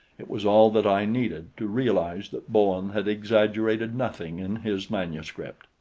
it was all that i needed to realize that bowen had exaggerated nothing in his manuscript.